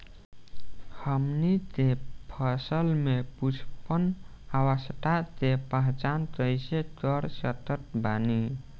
हमनी के फसल में पुष्पन अवस्था के पहचान कइसे कर सकत बानी?